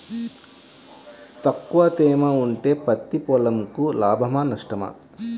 తక్కువ తేమ ఉంటే పత్తి పొలంకు లాభమా? నష్టమా?